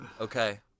Okay